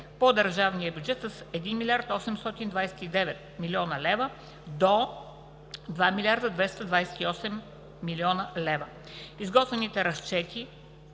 по държавния бюджет с 1 млрд. 829 млн. лв. до 2 млрд. 228 млн. лв. Изготвените разчети